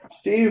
Steve